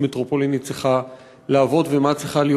מטרופולינית צריכה לעבוד ומה צריך להיות